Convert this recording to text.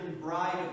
bride